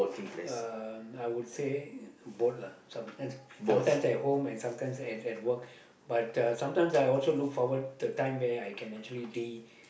um I would say work lah sometimes sometimes at home and sometimes at at work but uh sometimes I also look forward the time where I can actually de